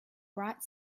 bright